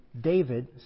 David